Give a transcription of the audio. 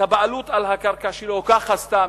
את הבעלות על הקרקע שלו ככה סתם,